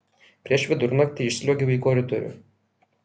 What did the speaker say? prieš vidurnaktį išsliuogiau į koridorių